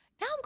now